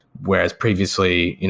whereas previously,